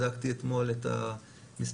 בדקתי אתמול את המספרים,